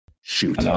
shoot